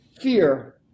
fear